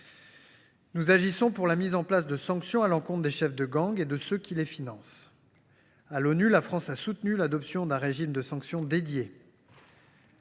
Nous agissons pour la mise en place de sanctions à l’encontre des chefs de gangs et de ceux qui les financent. À l’ONU, la France a soutenu l’adoption d’un régime de sanctions